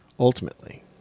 Ultimately